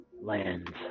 lands